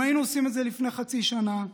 אם היינו עושים את זה לפני חצי שנה,